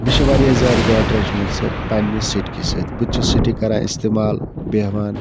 مےٚ چھِ واریاہ زیادٕ گاڑٕ رٔچمژٕ پننہِ سِٹکہِ سۭتۍ بہٕ تہِ چھُس سٹِک کَران استعمال بیٚہوان